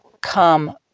come